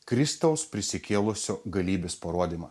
kristaus prisikėlusio galybės parodymą